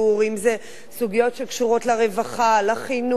אם אלה סוגיות שקשורות לרווחה, לחינוך,